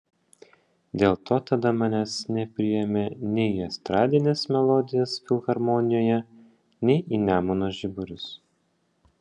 dėl to tada manęs nepriėmė nei į estradines melodijas filharmonijoje nei į nemuno žiburius